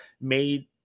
made